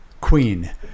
queen